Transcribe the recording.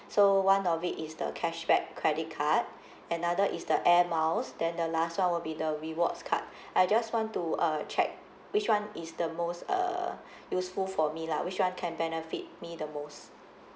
so one of it is the cashback credit card another is the air miles then the last one will be the rewards card I just want to uh check which [one] is the most err useful for me lah which [one] can benefit me the most